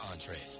entrees